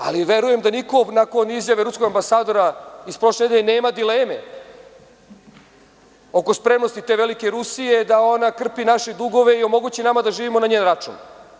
Ali, verujem da niko nakon izjave ruskog ambasadora od prošle nedelje nema dilemu oko spremnosti te velike Rusije da ona krpi naše dugove i omogući nama da živimo na njen račun.